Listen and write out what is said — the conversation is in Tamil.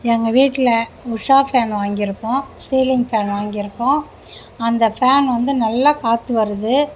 எங்கள் வீட்டில் உஷா ஃபேன் வாங்கிருக்கோம் சீலிங் ஃபேன் வாங்கியிருக்கோம் அந்த ஃபேன் வந்து நல்லா காற்று வருது